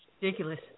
ridiculous